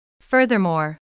Furthermore